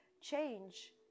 change